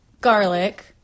garlic